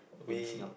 we